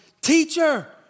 Teacher